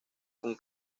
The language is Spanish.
con